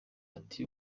ati